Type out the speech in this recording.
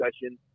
discussion